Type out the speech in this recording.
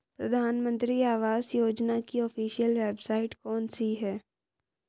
प्रधानमंत्री आवास योजना की ऑफिशियल वेबसाइट कौन सी है?